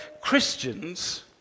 Christians